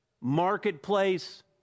marketplace